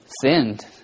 sinned